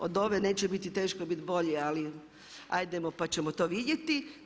Od ove neće biti teško biti bolji, ali ajdemo pa ćemo to vidjeti.